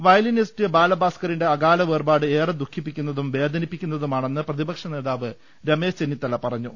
violinist Bala ഭാസ്കറിന്റെ അകാല വേർപാട് ഏറെ ദുഃഖിപ്പിക്കുന്നതും വേദനിപ്പിക്കുന്നതുമാണെന്ന് പ്രതിപക്ഷ നേതാവ് രമേശ് ചെന്നിത്തല പറഞ്ഞു